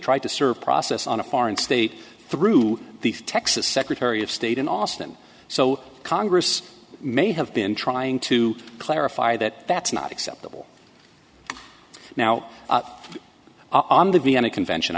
tried to serve process on a foreign state through the texas secretary of state in austin so congress may have been trying to clarify that that's not acceptable now on the vienna convention